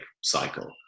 cycle